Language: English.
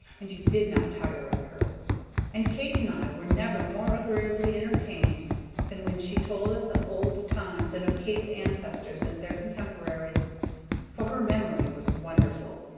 and you did not tire of her and kate and i were never more agreeably entertained than when she told us of old times and of kate's ancestors and their contemporaries for her memory was wonderful,